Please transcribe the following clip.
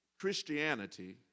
Christianity